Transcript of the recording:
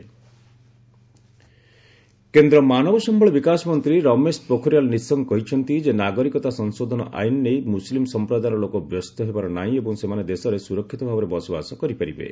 CAA Nishank କେନ୍ଦ୍ର ମାନବ ସମ୍ଭଳ ବିକାଶ ମନ୍ତ୍ରୀ ରମେଶ ପୋଖରିୟାଲ ନିଶଙ୍କ କହିଛନ୍ତି ଯେ ନାଗରିକତା ସଂଶୋଧନ ଆଇନ ନେଇ ମୁସଲିମ ସଂପ୍ରଦାୟର ଲୋକ ବ୍ୟସ୍ତ ହେବାର ନାହିଁ ଏବଂ ସେମାନେ ଦେଶରେ ସୁରକ୍ଷିତ ଭାବରେ ବସବାସ କରିପାରିବେ